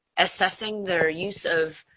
assessing their use of